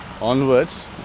onwards